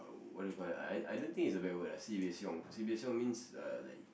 what do you call that I I don't think its a bad word ah sibeh xiong sibeh xiong means uh like